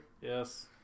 Yes